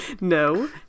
No